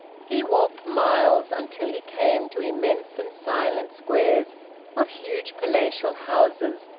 he walked miles, until he came to immense and silent squares of huge palatial houses,